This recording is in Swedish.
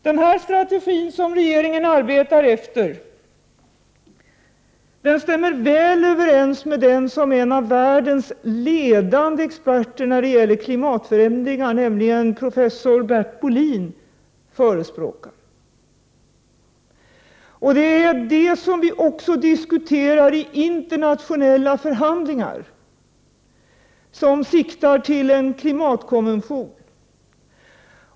Denna strategi, som regeringen arbetar efter, stämmer väl överens med den som en av världens ledande experter när det gäller klimatförändringar, nämligen professor Bert Bolin, förespråkar. Det är också detta vi diskuterar i internationella förhandlingar, som siktar till en klimatkonvention.